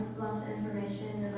information